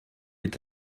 est